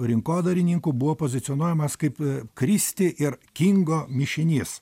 rinkodarininkų buvo pozicionuojamas kaip kristi ir kingo mišinys